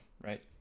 right